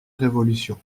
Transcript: révolution